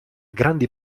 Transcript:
grandi